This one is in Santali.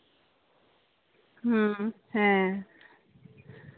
ᱦᱮᱸ ᱦᱮᱸ